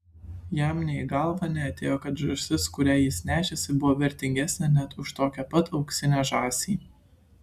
jam nė į galvą neatėjo kad žąsis kurią jis nešėsi buvo vertingesnė net už tokią pat auksinę žąsį